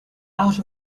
out